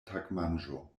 tagmanĝo